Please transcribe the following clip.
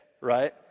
right